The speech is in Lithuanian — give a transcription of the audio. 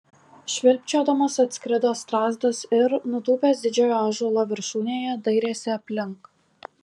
švilpčiodamas atskrido strazdas ir nutūpęs didžiojo ąžuolo viršūnėje dairėsi aplink